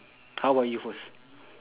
how about you first